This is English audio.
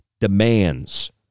demands